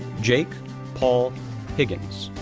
jake paul higgins,